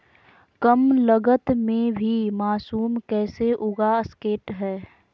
कम लगत मे भी मासूम कैसे उगा स्केट है?